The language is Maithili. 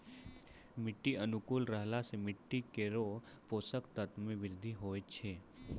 मिट्टी अनुकूल रहला सँ मिट्टी केरो पोसक तत्व म वृद्धि होय छै